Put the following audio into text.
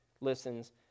listens